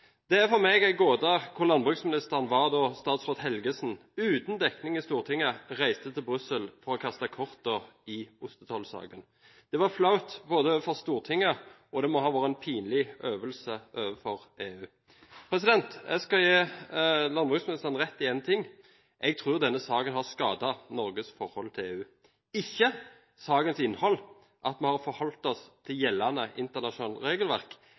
Det er for meg en gåte hvor landbruksministeren var da statsråd Helgesen, uten dekning i Stortinget, reiste til Brussel for å kaste kortene i ostetollsaken. Det var flaut for Stortinget, og det må ha vært en pinlig øvelse overfor EU. Jeg skal gi landbruksministeren rett i én ting. Jeg tror denne saken har skadet Norges forhold til EU, ikke på grunn av sakens innhold – at vi har forholdt oss til gjeldende internasjonalt regelverk